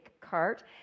cart